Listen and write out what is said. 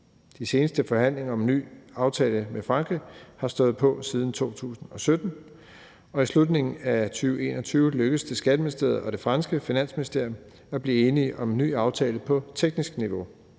De seneste forhandlinger om en ny aftale med Frankrig har stået på siden 2017, og i slutningen af 2021 lykkedes det Skatteministeriet og det franske finansministerium at blive enige om en ny aftale på teknisk niveau.